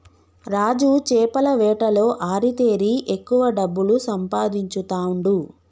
రాజు చేపల వేటలో ఆరితేరి ఎక్కువ డబ్బులు సంపాదించుతాండు